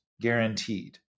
guaranteed